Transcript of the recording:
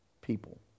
people